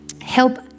help